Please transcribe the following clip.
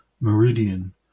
meridian